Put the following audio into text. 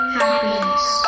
happiness